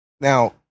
Now